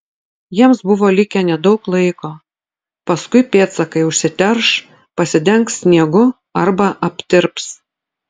jiems buvo likę nedaug laiko paskui pėdsakai užsiterš pasidengs sniegu arba aptirps